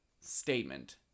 statement